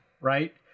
right